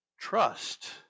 trust